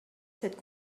cette